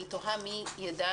אני תוהה מי יידע